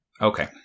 Okay